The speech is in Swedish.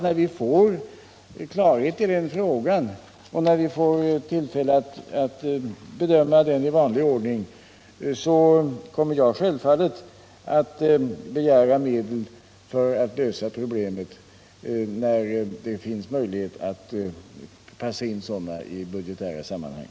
När vi får klarhet i den frågan och får tillfälle att bedöma den i vanlig ordning kommer jag självfallet att begära medel för att lösa problemet, så att det blir möjligt att passa in det hela i budgetära sammanhang.